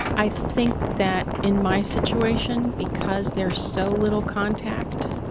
i think that in my situation, because there's so little contact,